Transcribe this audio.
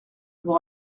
vous